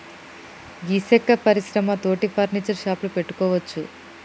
గీ సెక్క పరిశ్రమ తోటి ఫర్నీచర్ షాపులు పెట్టుకోవచ్చు